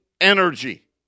energy